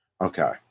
Okay